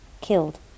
Killed